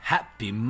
Happy